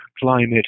climate